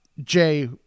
Jay